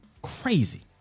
Crazy